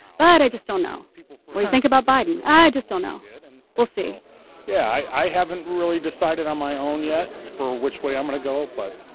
but i just don't know people. well, you think about biden. i just don't know. and we'll see yeah, i i haven't really decided on my own yet which way i'm going to go, but